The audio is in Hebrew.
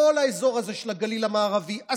כל האזור הזה של הגליל המערבי,